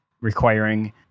requiring